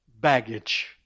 Baggage